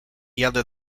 jadę